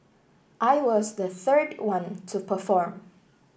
I was the third one to perform